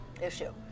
issue